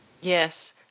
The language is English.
Yes